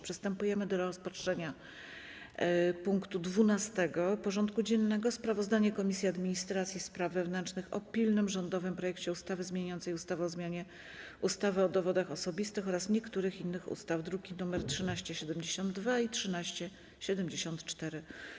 Przystępujemy do rozpatrzenia punktu 12. porządku dziennego: Sprawozdanie Komisji Administracji i Spraw Wewnętrznych o pilnym rządowym projekcie ustawy zmieniającej ustawę o zmianie ustawy o dowodach osobistych oraz niektórych innych ustaw (druki nr 1372 i 1374)